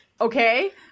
okay